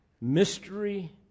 Mystery